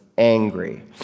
angry